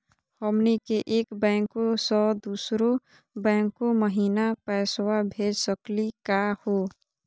हमनी के एक बैंको स दुसरो बैंको महिना पैसवा भेज सकली का हो?